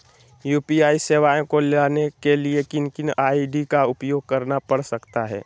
UPI सेवाएं को लाने के लिए किन किन आई.डी का उपयोग करना पड़ सकता है?